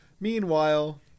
meanwhile